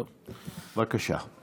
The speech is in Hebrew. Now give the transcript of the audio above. בבקשה.